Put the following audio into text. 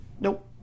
Nope